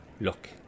Look